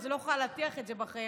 אז אני לא יכולה להטיח את זה בכם,